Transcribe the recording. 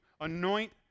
anoint